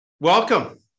welcome